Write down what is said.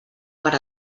per